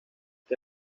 que